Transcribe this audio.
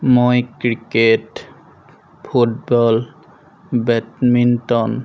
মই cricket football badminton